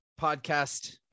podcast